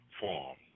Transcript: form